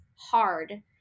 hard